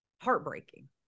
Heartbreaking